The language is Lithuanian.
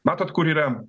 matot kur yra